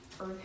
Earth